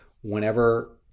whenever